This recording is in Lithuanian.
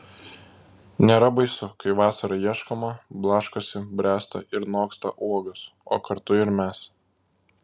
nėra baisu kai vasarą ieškoma blaškosi bręsta ir noksta uogos o kartu ir mes